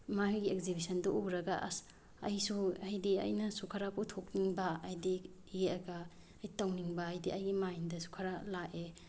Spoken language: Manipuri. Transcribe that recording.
ꯃꯥꯒꯤ ꯑꯦꯛꯖꯤꯕꯤꯁꯟꯗꯨ ꯎꯔꯒ ꯑꯁ ꯑꯩꯁꯨ ꯍꯥꯏꯗꯤ ꯑꯩꯅꯁꯨ ꯈꯔ ꯄꯨꯊꯣꯛꯅꯤꯡꯕ ꯍꯥꯏꯗꯤ ꯌꯦꯛꯑꯒ ꯇꯧꯅꯤꯡꯕ ꯍꯥꯏꯗꯤ ꯑꯩꯒꯤ ꯃꯥꯏꯟꯗꯁꯨ ꯈꯔ ꯂꯥꯛꯑꯦ